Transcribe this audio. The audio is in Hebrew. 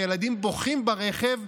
הילדים בוכים ברכב,